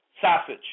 sausage